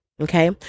Okay